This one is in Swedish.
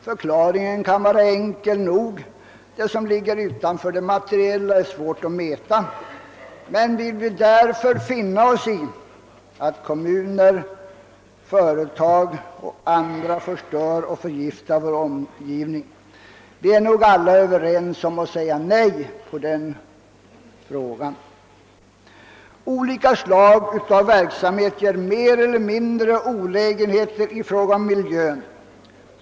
Förklaringen härtill kan vara enkel nog; det som ligger utanför det materiella kan vara svårt att mäta. Men vill vi därför finna oss i att kommuner, företag och andra förstör och förgiftar vår omgivning? Vi är nog alla överens om att svara nej på den frågan. Olika slag av verksamhet medför större eller mindre olägenheter i fråga om miljön.